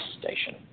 Station